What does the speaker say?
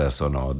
sono